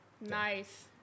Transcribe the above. Nice